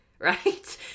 right